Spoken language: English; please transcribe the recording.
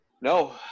No